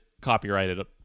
copyrighted